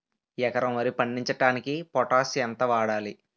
ఎకరం వరి పండించటానికి పొటాష్ ఎంత వాడాలి?